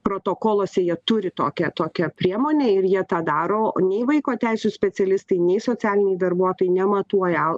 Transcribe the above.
protokoluose jie turi tokią tokią priemonę ir jie tą daro nei vaiko teisių specialistai nei socialiniai darbuotojai nematuoja al